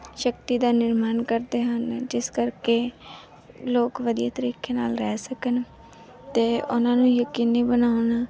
ਸ਼ਕਤੀ ਦਾ ਨਿਰਮਾਣ ਕਰਦੇ ਹਨ ਜਿਸ ਕਰਕੇ ਲੋਕ ਵਧੀਆ ਤਰੀਕੇ ਨਾਲ ਰਹਿ ਸਕਣ ਅਤੇ ਉਹਨਾਂ ਨੂੰ ਯਕੀਨੀ ਬਣਾਉਣ